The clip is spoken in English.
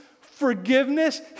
forgiveness